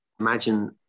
imagine